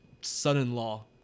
son-in-law